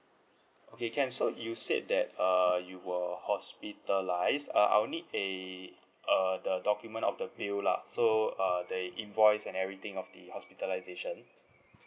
okay can so you said that uh you were hospitalised uh I'll need a err the document of the bill lah so err the invoice and everything of the hospitalisation